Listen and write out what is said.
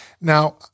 Now